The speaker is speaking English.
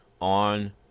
on